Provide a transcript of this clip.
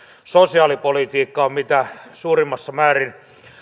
sosiaalipolitiikka on mitä suurimmassa määrin